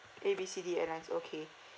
A B C D airlines okay